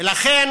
ולכן